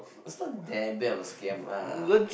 is not that bad of a scam lah